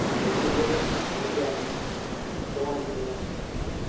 i'd submit it, and again go on to the next thing.